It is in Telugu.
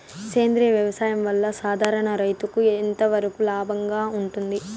సేంద్రియ వ్యవసాయం వల్ల, సాధారణ రైతుకు ఎంతవరకు లాభంగా ఉంటుంది?